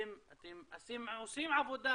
אתם עושים עבודה